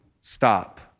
stop